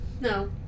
No